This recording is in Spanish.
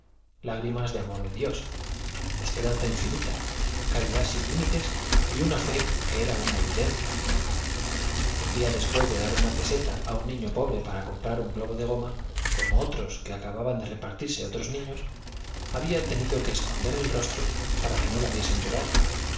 lágrimas de amor de dios esperanza infinita caridad sin límites y una fe que era una evidencia un día después de dar una peseta a un niño pobre para comprar un globo de goma como otros que acababan de repartirse otros niños había tenido que esconder el rostro para que no la viesen llorar